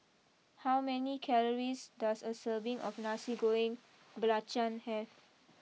how many calories does a serving of Nasi Goreng Belacan have